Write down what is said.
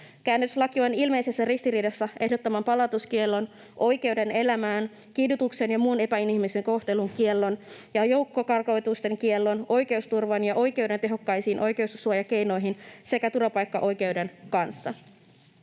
Käännytyslaki on ilmeisessä ristiriidassa ehdottoman palautuskiellon, oikeuden elämään, kidutuksen ja muun epäinhimillisen kohtelun kiellon ja joukkokarkotusten kiellon, oikeusturvan ja oikeuden tehokkaisiin oikeussuojakeinoihin sekä turvapaikkaoikeuden kanssa.